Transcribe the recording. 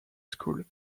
school